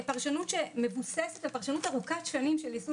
הפרשנות שלנו שמבוססת על פרשנות ארוכת שנים של יישום